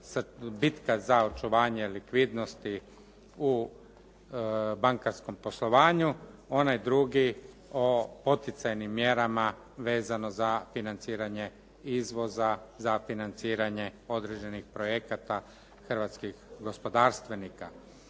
bitka za očuvanje likvidnosti u bankarskom poslovanju, onaj drugi o poticajnim mjerama vezano za financiranje izvoza, za financiranje određenih projekata hrvatskih gospodarstvenika.